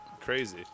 crazy